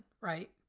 right